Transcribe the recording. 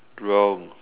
wrong